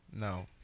No